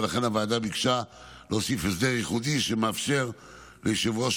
ולכן הוועדה ביקשה להוסיף הסדר ייחודי שמאפשר ליושב-ראש